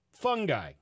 fungi